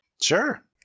Sure